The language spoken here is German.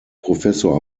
professor